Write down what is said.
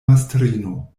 mastrino